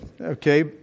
okay